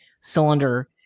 cylinder